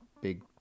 big